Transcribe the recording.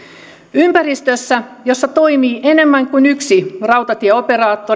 ympäristössä jossa toimii enemmän kuin yksi rautatieoperaattori